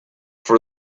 for